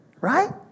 Right